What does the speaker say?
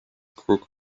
crook